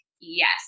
yes